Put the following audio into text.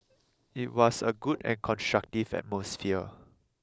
it was a good and constructive atmosphere